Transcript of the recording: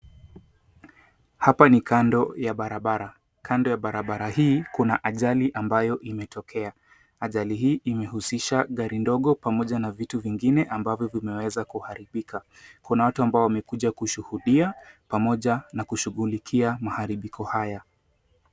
Hapa ni kando ya barabara. Kando ya barabara hii kuna ajali ambayo imetokea. Ajali hii imehusisha gari ndogo pamoja na vitu vingine ambavyo vimeweza kuharibika. Kuna watu ambao wamekuja kushuhudia pamoja na kushughulikia maharibiko haya.